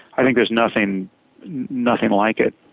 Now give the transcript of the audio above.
i think there's nothing nothing like it.